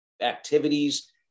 activities